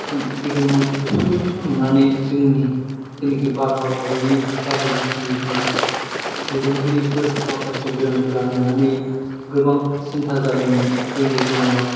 फैदोंमोन बेफोरबायदिखौ नुनानै जोंनि जानाखि भारत हादरनि भारत बासिनि दैदेनगिरिफोर माखासे गोरोंफोरा नुनानै गोबां सिनथा जादोंमोन जायनि जाउनाव